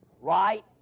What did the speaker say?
right